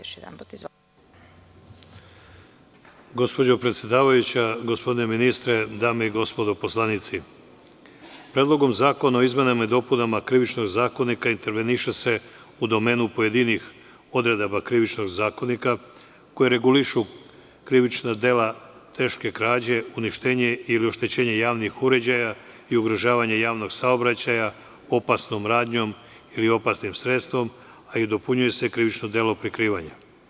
Gospođo predsedavajuća, gospodine ministre, dame i gospodo poslanici, Predlogom zakona o izmenama i dopunama Krivičnog zakonika interveniše se u domenu pojedinih odredaba Krivičnog zakonika koje regulišu krivična dela teške krađe, uništenje ili oštećenje javnih uređaja i ugrožavanje javnog saobraćaja opasnom radnjom ili opasnim sredstvom, a i dopunjuje se krivično delo prikrivanja.